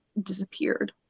disappeared